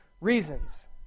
reasons